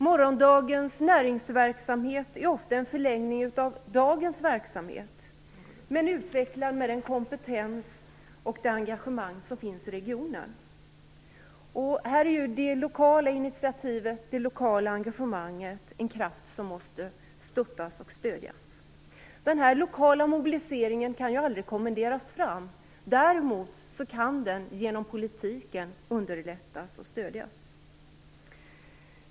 Morgondagens näringsverksamhet är ofta en förlängning av dagens verksamhet, men utvecklad med den kompetens och det engagemang som finns i regionen. Det lokala initiativet och engagemanget är här en kraft som måste stöttas och stödjas. Den lokala mobiliseringen kan aldrig kommenderas fram. Däremot kan den genom politiken underlättas och stödjas.